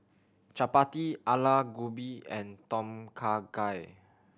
Chapati Alu Gobi and Tom Kha Gai